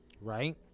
right